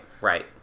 right